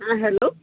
হ্যাঁ হ্যালো